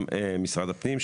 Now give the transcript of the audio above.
גם משרד הפנים,